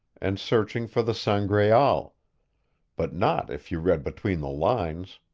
and searching for the sangraal but not if you read between the lines.